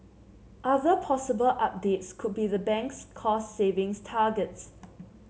other possible updates could be the bank's cost savings targets